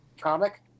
comic